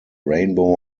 rainbow